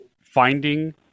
finding